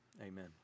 amen